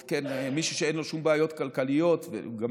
מישהו שאין לו שום בעיות כלכליות והוא גם